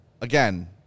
again